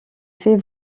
fait